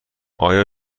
آیا